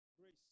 grace